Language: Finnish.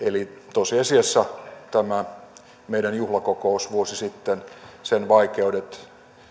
tosiasiassa tämä meidän juhlakokous vuosi sitten sen vaikeudet